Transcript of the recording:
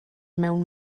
mewn